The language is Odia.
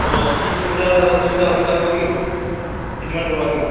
ଠିକ୍ ସୁବିଧା ସୁବିଧା ହେଇ ପାରିବ କି ଟ୍ରିଟ୍ମେଣ୍ଟ୍ କର୍ବା କି